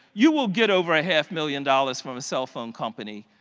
you will get over a half million dollars from a cell phone company.